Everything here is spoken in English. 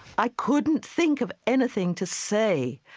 i couldn't think of anything to say.